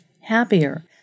happier